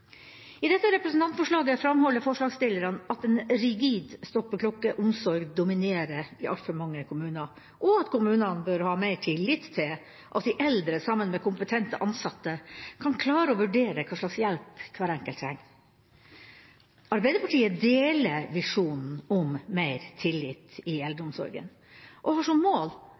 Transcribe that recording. I dette representantforslaget framholder forslagsstillerne at en rigid stoppeklokkeomsorg dominerer i altfor mange kommuner, og at kommunene bør ha mer tillit til at de eldre sammen med kompetente ansatte kan klare å vurdere hva slags hjelp hver enkelt trenger. Arbeiderpartiet deler visjonen om mer tillit i eldreomsorgen og har som mål